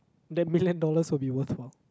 then million dollars will be worthwhile